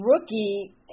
rookie